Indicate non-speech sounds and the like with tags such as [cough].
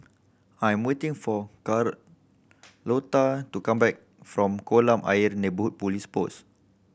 I am waiting for [unintelligible] to come back from Kolam Ayer Neighbourhood Police Post